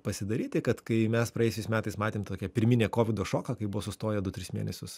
pasidaryti kad kai mes praėjusiais metais matėm tokią pirminę covido šoką kai buvo sustoję du tris mėnesius